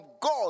God